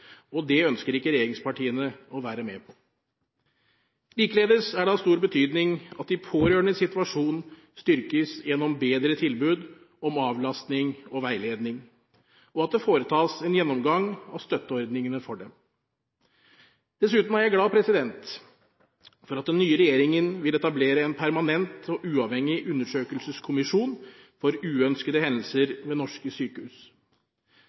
og det ønsker ikke regjeringspartiene å være med på. Likeledes er det av stor betydning at de pårørendes situasjon styrkes gjennom bedre tilbud om avlastning og veiledning, og at det foretas en gjennomgang av støtteordningene for dem. Dessuten er jeg glad for at den nye regjeringen vil etablere en permanent og uavhengig undersøkelseskommisjon for uønskede hendelser ved norske sykehus.